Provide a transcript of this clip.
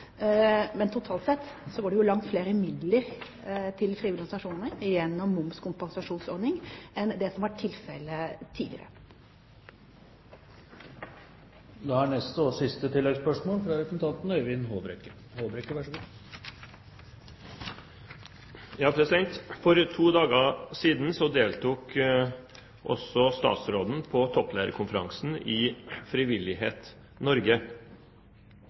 Men totalt sett er det langt flere midler til frivillige organisasjoner gjennom en momskompensasjonsordning enn det som var tilfellet tidligere. Øyvind Håbrekke – til oppfølgingsspørsmål. For to dager siden deltok også statsråden på topplederkonferansen i Frivillighet Norge.